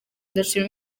ndashima